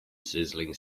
sizzling